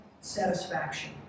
satisfaction